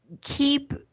keep